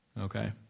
okay